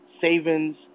savings